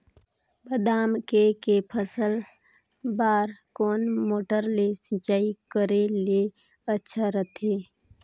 बादाम के के फसल बार कोन मोटर ले सिंचाई करे ले अच्छा रथे?